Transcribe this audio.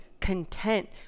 content